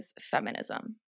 feminism